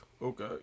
Okay